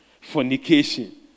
fornication